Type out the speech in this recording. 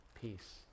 peace